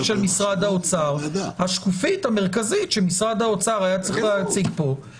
של משרד האוצר - השקופית המרכזית שמשרד האוצר היה